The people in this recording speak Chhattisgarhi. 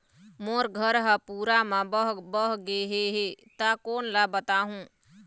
मोर घर हा पूरा मा बह बह गे हे हे ता कोन ला बताहुं?